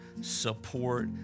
support